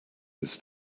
this